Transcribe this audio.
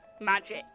magic